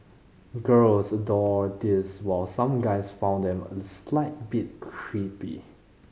girls adored these while some guys found them a slight bit creepy